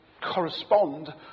correspond